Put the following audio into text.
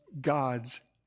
God's